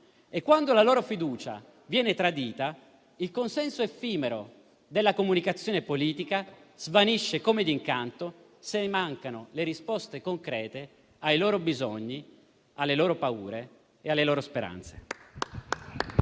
Quando la loro fiducia viene tradita, il consenso effimero della comunicazione politica svanisce come d'incanto se mancano le risposte concrete ai loro bisogni, alle loro paure e alle loro speranze.